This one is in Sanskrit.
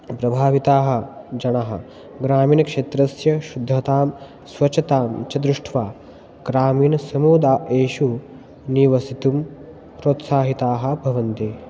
प्रभाविताः जनाः ग्रामीणक्षेत्रस्य शुद्धतां स्वच्छतां च दृष्ट्वा ग्रामीणसमुदायेषु निवसितुं प्रोत्साहिताः भवन्ति